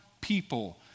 people